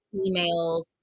emails